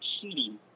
cheating